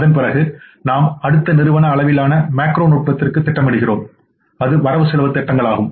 அதன்பிறகு நாம் அடுத்த நிறுவன அளவிலானமேக்ரோநுட்பத்திற்குத் திட்டமிடுகிறோம்அதுவரவு செலவுத் திட்டங்கள் ஆகும்